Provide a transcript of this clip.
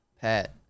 Pat